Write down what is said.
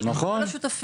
לא צריך, יש אפודות.